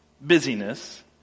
busyness